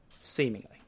seemingly